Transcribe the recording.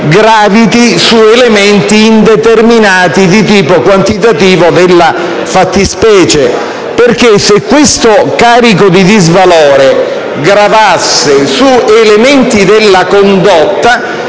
graviti su elementi indeterminati di tipo quantitativo della fattispecie, perché, se questo carico di disvalore gravasse su elementi della condotta,